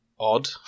odd